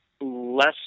less